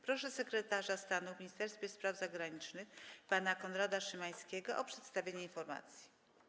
Proszę sekretarza stanu w Ministerstwie Spraw Zagranicznych pana Konrada Szymańskiego o przedstawienie informacji.